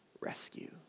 rescue